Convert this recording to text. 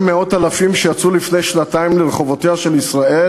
מאות אלפים שיצאו לפני שנתיים לרחובותיה של ישראל,